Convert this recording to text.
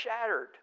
shattered